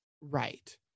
Right